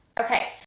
okay